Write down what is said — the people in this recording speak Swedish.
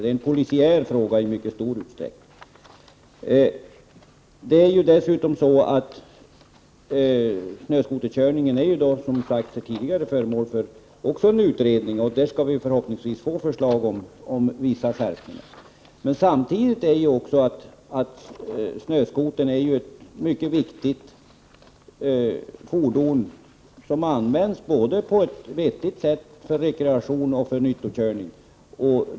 Det är i mycket stor utsträckning en polisiär fråga. Snöskoterkörning är, som tidigare sagts, föremål för en utredning, och vi kommer förhoppningsvis att få förslag om vissa skärpningar. Samtidigt är snöskotern ett mycket viktigt fordon, som används på ett vettigt sätt både för rekreation och för nyttokörning.